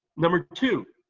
number two,